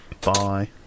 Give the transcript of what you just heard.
bye